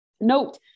Note